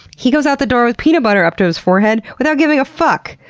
he goes out the door with peanut butter up to his forehead without giving a fuck!